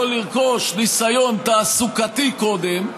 יכול לרכוש ניסיון תעסוקתי קודם,